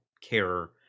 care